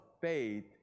faith